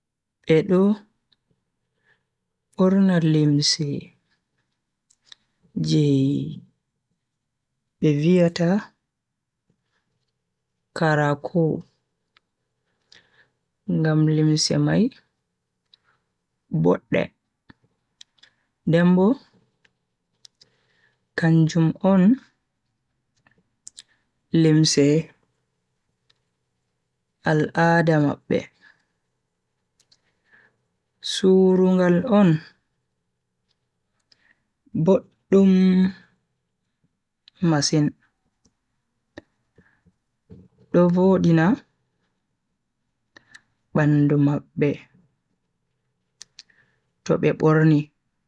Bedo borna limse je be viyata karakou. Ngam limse mai bodde den bo kanjum on limse al'ada mabbe. surungal on boddum masin do vodina bandu mabbe to be borni.